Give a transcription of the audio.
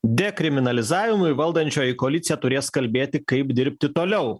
dekriminalizavimui valdančioji koalicija turės kalbėti kaip dirbti toliau